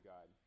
God